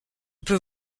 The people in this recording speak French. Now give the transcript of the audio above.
peux